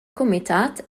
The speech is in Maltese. kumitat